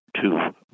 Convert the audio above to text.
two